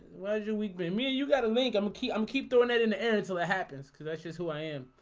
how's your week? been mia? you got a link imma, keep i'm keep throwing it in the air until it happens cuz that's just who i am